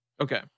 Okay